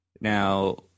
Now